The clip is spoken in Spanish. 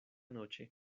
noche